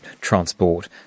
transport